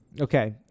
Okay